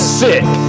sick